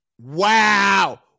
wow